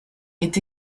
est